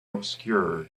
obscure